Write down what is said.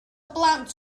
blant